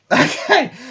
Okay